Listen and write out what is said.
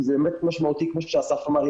כי זה באמת משמעותי כמו שאסף אמר.